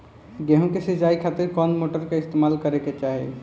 गेहूं के सिंचाई खातिर कौन मोटर का इस्तेमाल करे के चाहीं?